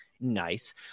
Nice